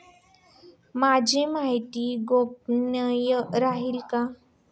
माझी माहिती गोपनीय राहील का?